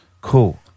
Cool